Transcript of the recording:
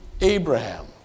Abraham